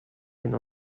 hin